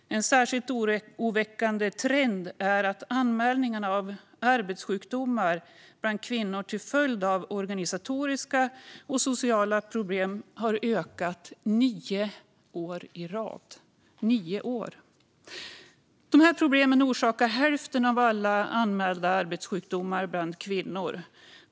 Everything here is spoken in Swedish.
En särskilt oroväckande trend är att anmälningarna av arbetssjukdomar bland kvinnor till följd av organisatoriska och sociala problem har ökat nio år i rad. Dessa problem orsakar hälften av alla anmälda arbetssjukdomar bland kvinnor.